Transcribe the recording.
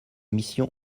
missions